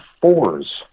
fours